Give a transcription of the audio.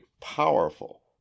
powerful